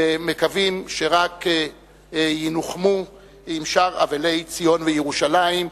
ומקווים שרק ינוחמו עם שאר אבלי ציון וירושלים.